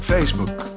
Facebook